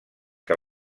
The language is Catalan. que